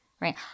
Right